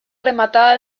rematada